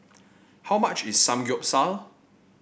how much is Samgyeopsal